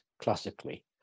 classically